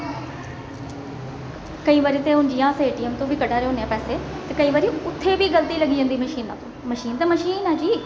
केईं बारी ते हून अस जियां ए टी एम तू बी कढा दे होन्ने आं पैसे केईं बारी उत्थे बी गल्ती लग्गी जंदी मशीना मशीन ते मशीन ऐ जी